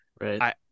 Right